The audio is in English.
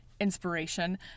inspiration